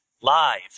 live